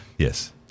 Yes